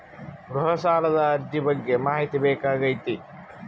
ಗೃಹ ಸಾಲದ ಅರ್ಜಿ ಬಗ್ಗೆ ಮಾಹಿತಿ ಬೇಕಾಗೈತಿ?